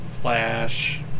Flash